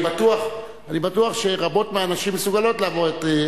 אני בטוח שרבות מהנשים מסוגלות לעבור את זה,